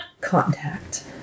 Contact